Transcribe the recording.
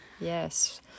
Yes